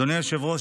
אדוני היושב-ראש,